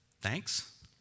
Thanks